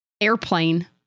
airplane